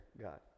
God